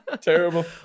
Terrible